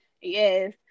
yes